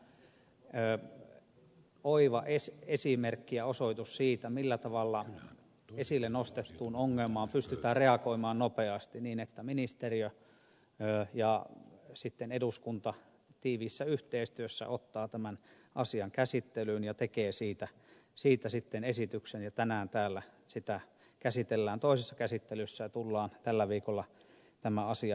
tämäkin oli minun mielestäni oiva esimerkki ja osoitus siitä millä tavalla esille nostettuun ongelmaan pystytään reagoimaan nopeasti niin että ministeriö ja sitten eduskunta tiiviissä yhteistyössä ottaa tämän asian käsittelyyn ja tekee siitä sitten esityksen ja tänään täällä sitä käsitellään toisessa käsittelyssä ja tullaan tällä viikolla tämä asia hyväksymään